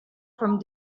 from